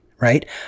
right